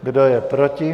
Kdo je proti?